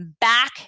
back